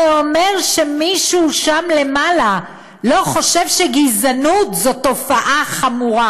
זה אומר שמישהו שם למעלה לא חושב שגזענות זו תופעה חמורה.